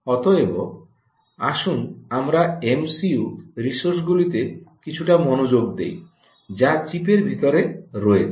অতএব আসুন আমরা এমসিইউ রিসোর্সগুলিতে কিছুটা মনোযোগ দেই যা চিপের ভিতরে রয়েছে